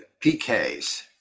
PK's